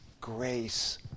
grace